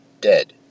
dead